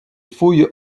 fouilles